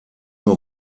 nur